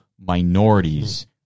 minorities